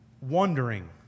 wondering